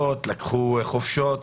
חופשות.